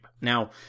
Now